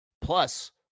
plus